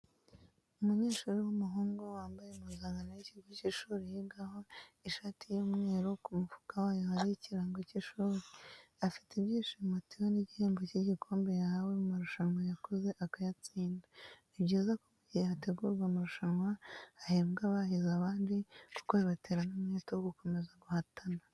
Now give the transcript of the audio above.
Umunyeshuri w'umuhungu wambaye impuzankano y'ikigo cy'ishuri yigaho ishati y'umweru ku mufuka wayo hariho ikirango cy'ishuri, afite ibyishimo atewe n'igihembo cy'igikombe yahawe mu marushanwa yakoze akayatsinda. Ni byiza ko mu gihe hateguwe amarusanwa hahembwa abahize abandi kuko bibatera n'umwete wo gukomeza guhatana.